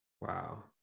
Wow